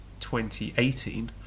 2018